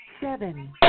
seven